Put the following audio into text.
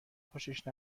خوشش